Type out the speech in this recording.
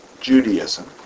Judaism